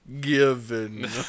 Given